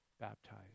baptized